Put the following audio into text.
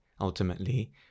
ultimately